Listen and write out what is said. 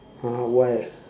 !huh! why